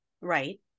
Right